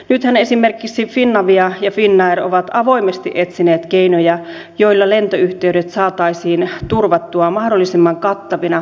nythän esimerkiksi finavia ja finnair ovat avoimesti etsineet keinoja joilla lentoyhteydet saataisiin turvattua mahdollisimman kattavina ympäri maan